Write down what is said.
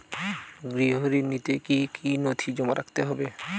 গৃহ ঋণ নিতে কি কি নথি জমা রাখতে হবে?